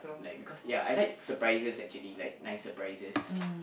like because ya I like surprises actually like nice surprises